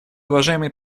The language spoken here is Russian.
уважаемый